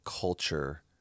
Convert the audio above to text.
culture